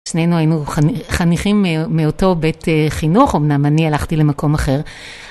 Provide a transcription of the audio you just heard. שנינו היינו חניכים מאותו בית חינוך, אמנם אני הלכתי למקום אחר.